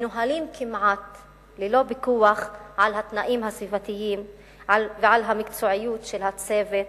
מנוהלים כמעט ללא פיקוח על התנאים הסביבתיים ועל המקצועיות של הצוות,